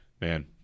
Man